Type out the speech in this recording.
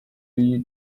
you